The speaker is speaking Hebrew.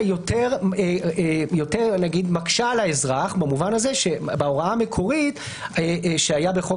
יותר מקשה על האזרח במובן הזה שבהוראה המקורית שהייתה בחוק